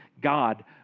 God